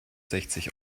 sechzig